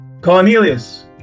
cornelius